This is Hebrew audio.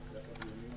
בתחילת הדיונים,